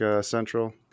central